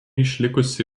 išlikusi